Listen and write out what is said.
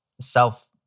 self